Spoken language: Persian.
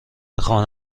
خانه